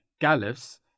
caliphs